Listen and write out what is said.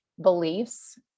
beliefs